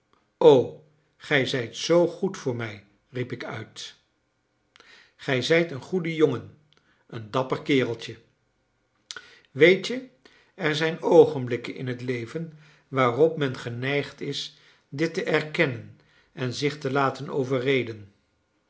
o gij zijt zoo goed voor mij riep ik uit gij zijt een goede jongen een dapper kereltje weet je er zijn oogenblikken in het leven waarop men geneigd is dit te erkennen en zich te laten overreden